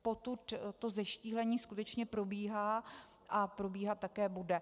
Potud to zeštíhlení skutečně probíhá a probíhat také bude.